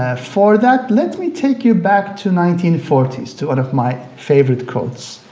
ah for that, let me take you back to nineteen forty s to one of my favorite quotes.